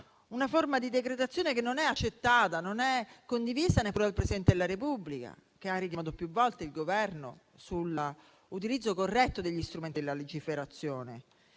una forma di decretazione che non è accettata, non è condivisa, neanche dal Presidente della Repubblica, che ha richiamato più volte il Governo sull'utilizzo corretto degli strumenti della legiferazione.